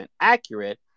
accurate